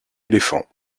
éléphant